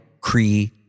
Cree